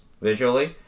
visually